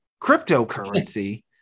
cryptocurrency